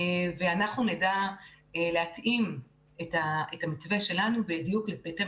ואנחנו נדע להתאים את המתווה שלנו בדיוק בהתאם